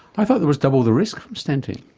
i thought there was double the risk from stenting.